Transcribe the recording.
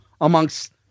amongst